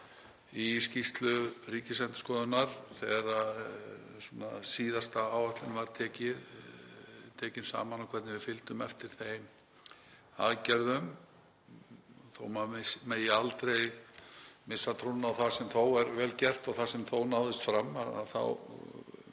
í skýrslu Ríkisendurskoðunar þegar síðasta áætlun var tekin saman um hvernig við fylgjum eftir þeim aðgerðum. Þó að maður megi aldrei missa trúna á það sem þó er vel gert og það sem þó náðist fram þá